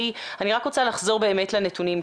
חייבת להגיד שבנינו,